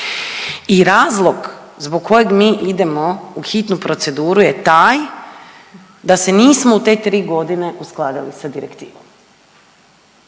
i razlog zbog kojeg mi idemo u hitnu proceduru je taj da se nismo u te 3 godine uskladili sa direktivom.